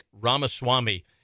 Ramaswamy